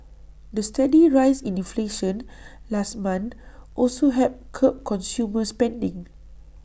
the steady rise in inflation last month also helped curb consumer spending